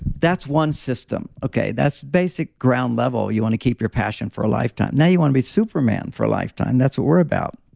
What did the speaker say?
that's one system. okay, that's basic ground level. you want to keep your passion for a lifetime. now, you want to be superman for a lifetime. that's what we're about,